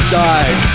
died